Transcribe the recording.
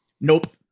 Nope